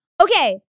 Okay